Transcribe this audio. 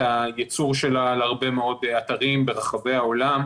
הייצור שלה על הרבה מאוד אתרים ברחבי העולם,